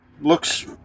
Looks